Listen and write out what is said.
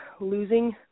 losing